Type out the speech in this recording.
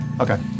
Okay